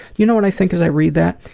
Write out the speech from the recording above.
you know what i think as i read that?